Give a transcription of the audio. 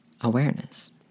awareness